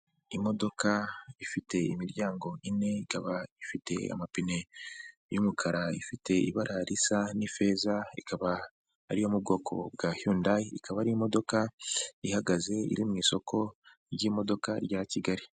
Imodoka ifite imiryango ine, ikaba ifite amapine y'umukara, ifite ibara risa n'ifeza, ikaba ariyo mu bwoko bwa Hyundai, ikaba ari imodoka ihagaze iri mu isoko ry'imodoka rya Kigali.